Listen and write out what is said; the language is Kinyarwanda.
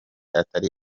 atari